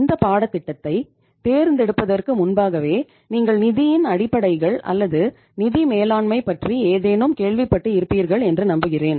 இந்த பாடத்திட்டத்தை தேர்ந்தெடுப்பதற்கு முன்பாகவே நீங்கள் நிதியின் அடிப்படைகள் அல்லது நிதி மேலாண்மை பற்றி ஏதேனும் கேள்விப்பட்டு இருப்பீர்கள் என்று நம்புகிறேன்